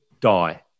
die